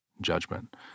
judgment